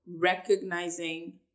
recognizing